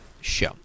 show